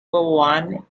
one